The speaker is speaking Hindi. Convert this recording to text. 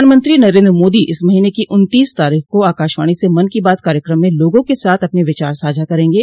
प्रधानमंत्री नरेन्द्र मोदी इस महीने की उन्तीस तारीख को आकाशवाणी से मन की बात कार्यक्रम में लोगों के साथ अपन विचार साझा करेंगे